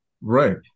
Right